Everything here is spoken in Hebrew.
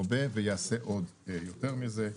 הרבה וייעשה עוד יותר מזה.